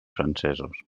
francesos